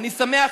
אני שמח.